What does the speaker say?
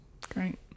great